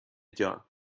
جان